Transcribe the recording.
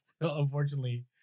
unfortunately